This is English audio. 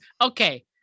Okay